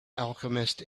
alchemist